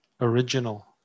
original